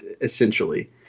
essentially